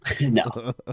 No